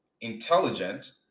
intelligent